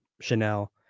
Chanel